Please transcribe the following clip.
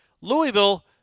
Louisville